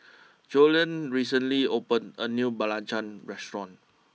Joellen recently opened a new Belacan restaurant